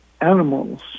animals